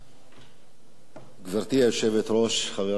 גברתי היושבת-ראש, חברי חברי הכנסת,